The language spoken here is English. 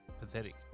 pathetic